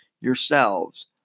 yourselves